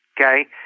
Okay